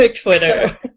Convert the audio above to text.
Twitter